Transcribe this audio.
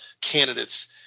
candidates